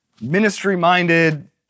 ministry-minded